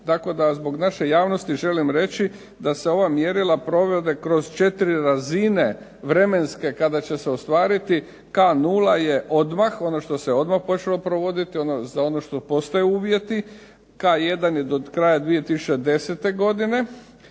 zbog naše javnosti želim reći da se ova mjerila provode kroz četiri razine vremenske kada će se ostvariti. K nula je odmah, ono što se odmah počelo provoditi, za ono što postoje uvjeti. K1 je do kraja 2010. godine.